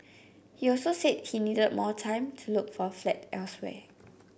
he also said he needed more time to look for a flat elsewhere